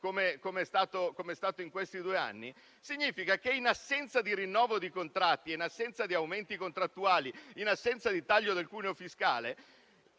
come accaduto in questi due anni, significa che in assenza di rinnovo di contratti, di aumenti contrattuali e di taglio del cuneo fiscale,